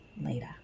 later